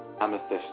amethyst